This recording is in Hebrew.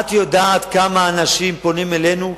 את יודעת במה אנשים פונים אלינו?